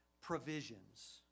Provisions